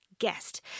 guest